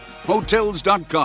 Hotels.com